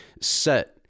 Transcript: set